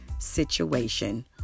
situation